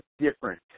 different